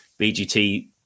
BGT